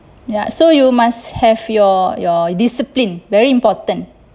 ya so you must have your your discipline very important